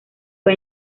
fue